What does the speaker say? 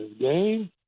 game